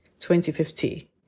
2050